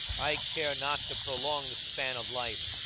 i care not to prolong the span of life,